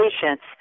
patients